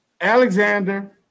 Alexander